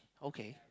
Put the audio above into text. okay